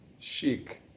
Chic